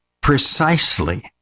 precisely